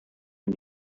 dem